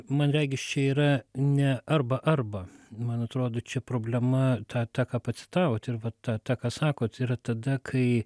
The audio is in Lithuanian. man regis čia yra ne arba arba man atrodo čia problema tą tą ką pacitavot ir va tą tą ką sakot yra tada kai